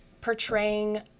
portraying